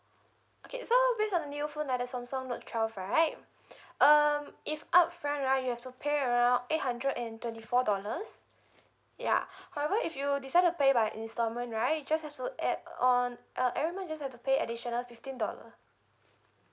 okay so based on new phone like the samsung note twelve right um if upfront right you have to pay around eight hundred and twenty four dollars ya however if you decide to pay by instalment right just have to add on uh every month just have to pay additional fifteen dollar